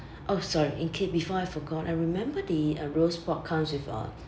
oh sorry in case before I forgot I remember the uh roast pork comes with a